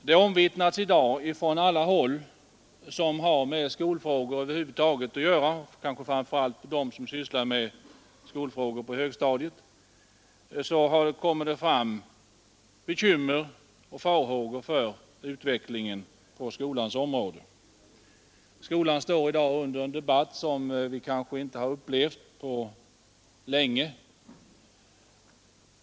Det omvittnas i dag av alla som har med skolfrågor över huvud taget att göra och kanske framför allt från dem som sysslar med skolfrågor på högstadiet kommer det fram bekymmer och farhågor för utvecklingen på skolans område. Skolan står i dag under debatt på ett sätt som vi inte har upplevt på länge.